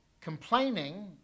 Complaining